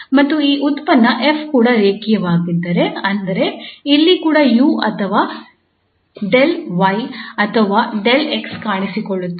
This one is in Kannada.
ಮತ್ತು ಈ ಉತ್ಪನ್ನ 𝐹 ಕೂಡ ರೇಖೀಯವಾಗಿದ್ದರೆ ಅಂದರೆ ಇಲ್ಲಿ ಕೂಡ 𝑢 ಅಥವಾ 𝜕𝑦 ಅಥವಾ 𝜕𝑥 ಕಾಣಿಸಿಕೊಳ್ಳುತ್ತದೆ